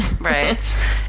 Right